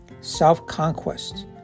self-conquest